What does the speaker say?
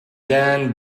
dan